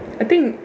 I think